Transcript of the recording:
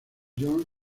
jones